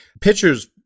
Pitchers